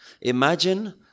Imagine